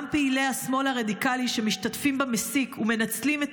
גם פעילי השמאל הרדיקלי שמשתתפים במסיק מנצלים את